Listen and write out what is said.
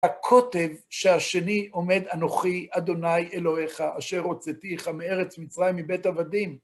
הקוטב שהשני עומד ענוכי, אדוני אלוהיך, אשר רציתיך מארץ מצרים מבית אבדים.